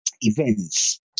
events